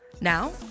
Now